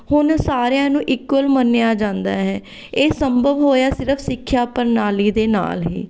ਉਹਨਾਂ ਸਾਰਿਆਂ ਨੂੰ ਇਕੁਅਲ ਮੰਨਿਆਂ ਜਾਂਦਾ ਹੈ ਇਹ ਸੰਭਵ ਹੋਇਆ ਸਿਰਫ਼ ਸਿੱਖਿਆ ਪ੍ਰਣਾਲੀ ਦੇ ਨਾਲ਼ ਹੀ